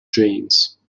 james